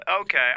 Okay